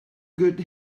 good